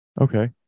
Okay